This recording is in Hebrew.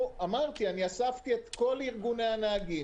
אספתי את כל ארגוני הנהגים.